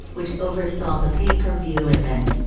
which oversaw the pay-per-view event,